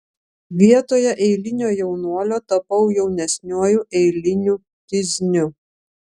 vietoje eilinio jaunuolio tapau jaunesniuoju eiliniu kizniu